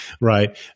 right